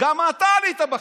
גם אתה עלית בחיקור.